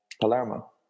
Palermo